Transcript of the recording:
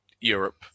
Europe